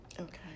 Okay